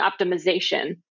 Optimization